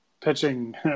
pitching